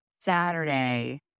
Saturday